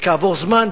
וכעבור זמן,